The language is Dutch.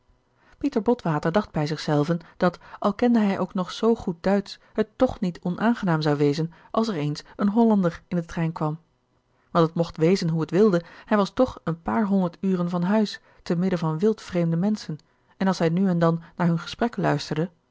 pieter botwater dacht bij zich zelven dat al kende hij ook nog zoo goed duitsch het toch niet onaangenaam zou wezen als er eens een hollander in den trein kwam want het mocht wezen hoe het wilde hij was toch een paar honderd uren van huis te midden van wildvreemde menschen en als hij nu en dan naar hun gesprek luisterde